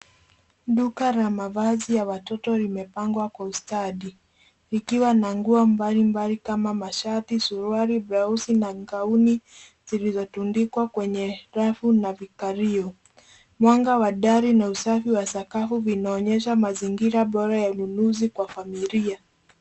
Duka la mavazi ya watoto limepangwa kwa ustadi likiwa na nguo mbalimbali kama mashati, suruali, blausi na gauni zilizotundikwa kwenye rafu na vikalio, mwanga wa dari na usafi wa sakafu vinaonyesha mazingira bora ya ununuzi kwa familia.